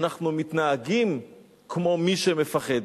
אנחנו מתנהגים כמו מי שמפחד.